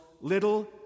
little